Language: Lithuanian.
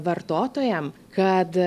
vartotojam kad